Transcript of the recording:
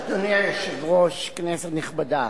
אדוני היושב-ראש, כנסת נכבדה,